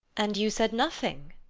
and you said nothing?